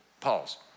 Pause